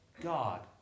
God